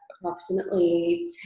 approximately